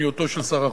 מדיניותו של שר החוץ,